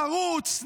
חרוץ,